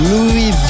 Louis